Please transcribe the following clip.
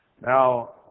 Now